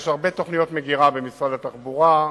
יש הרבה תוכניות מגירה במשרד התחבורה,